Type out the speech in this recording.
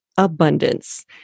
abundance